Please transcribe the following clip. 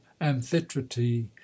amphitrite